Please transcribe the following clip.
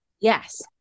Yes